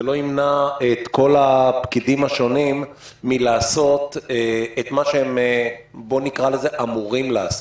זה לא ימנע את כל הפקידים השונים מלעשות את מה שהם אמורים לעשות.